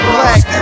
black